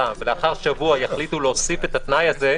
ולאחר שבוע יחליטו להוסיף את התנאי הזה,